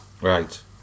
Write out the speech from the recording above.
Right